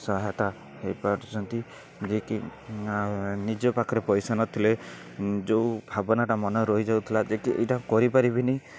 ସହାୟତା ହେଇପାରୁଛନ୍ତି ଯେ କି ନିଜ ପାଖରେ ପଇସା ନଥିଲେ ଯେଉଁ ଭାବନାଟା ମନରେ ରହିଯାଉ ଥିଲା ଯେ କି ଏଇଟା କରିପାରିବିନି